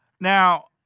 now